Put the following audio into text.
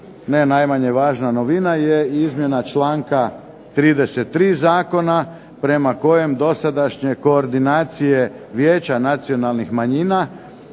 najmanje važna novina je izmjena članka 33. zakona prema kojem dosadašnje koordinacije Vijeća nacionalnih manjina